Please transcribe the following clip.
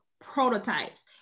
prototypes